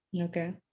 Okay